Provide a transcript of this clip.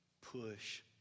push